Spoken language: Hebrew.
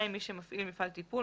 מי שמפעיל מפעל טיפול,